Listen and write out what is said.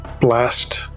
blast